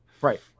right